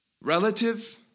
relative